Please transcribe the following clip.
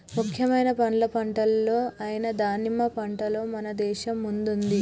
ముఖ్యమైన పండ్ల పంటలు అయిన దానిమ్మ పంటలో మన దేశం ముందుంది